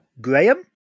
Graham